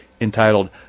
entitled